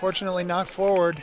unfortunately not forward